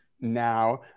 now